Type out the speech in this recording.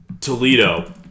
Toledo